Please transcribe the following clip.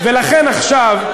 ולכן עכשיו,